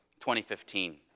2015